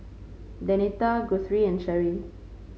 Denita Guthrie and Cheri